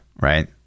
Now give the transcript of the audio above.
right